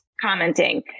commenting